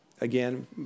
Again